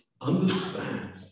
understand